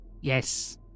yes